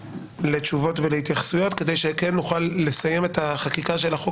לתשובות ולהתייחסויות כדי שכן נוכל לסיים את החקיקה של החוק